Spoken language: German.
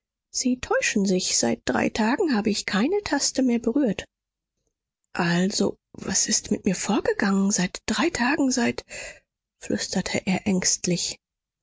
sie täuschen sich seit drei tagen habe ich keine taste mehr berührt also was ist mit mir vorgegangen seit drei tagen seit flüsterte er ängstlich